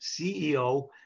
CEO